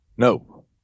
No